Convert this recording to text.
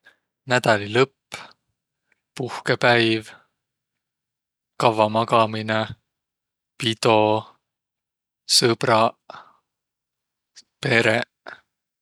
Nädälilõpp, puhkõpäiv, kavva magaminõ, pido, sõbraq, pereq.